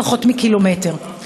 פחות מקילומטר.